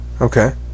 Okay